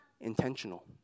intentional